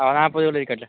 ആ നാപ്പതുകൂടെ ഇരിക്കട്ടെ